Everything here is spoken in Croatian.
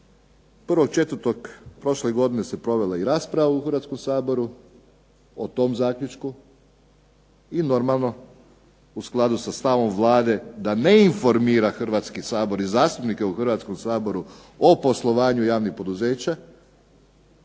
stav. 01.04. prošle godine se provela i rasprava u Hrvatskom saboru o tom zaključku i normalno u skladu sa stavom Vlade da ne informira Hrvatski sabor i zastupnike u Hrvatskom saboru o poslovanju javnih poduzeća